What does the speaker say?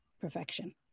perfection